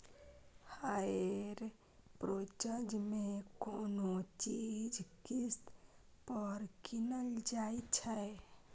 hire purchase मे कोनो चीज किस्त पर कीनल जाइ छै